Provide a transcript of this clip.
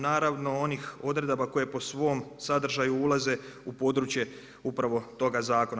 Naravno onih odredaba koje po svom sadržaju ulaze u područje upravo toga zakona.